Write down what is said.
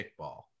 kickball